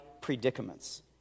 predicaments